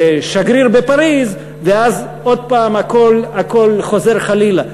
לשגריר בפריז, ואז עוד הפעם הכול חוזר חלילה.